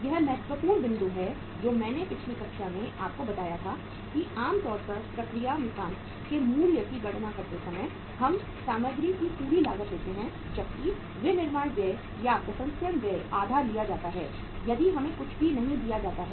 यह महत्वपूर्ण बिंदु है जो मैंने पिछली कक्षा में आपको बताया था कि आम तौर पर प्रक्रिया में काम के मूल्य की गणना करते समय हम सामग्री की पूरी लागत लेते हैं जबकि विनिर्माण व्यय या प्रसंस्करण व्यय आधा लिया जाता है यदि हमें कुछ भी नहीं दिया जाता है